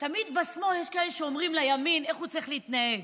תמיד בשמאל יש כאלה שאומרים לימין איך הוא צריך להתנהג,